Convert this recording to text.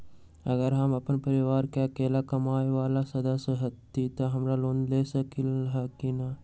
अगर हम अपन परिवार में अकेला कमाये वाला सदस्य हती त हम लोन ले सकेली की न?